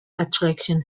attraction